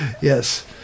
Yes